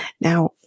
Now